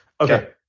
Okay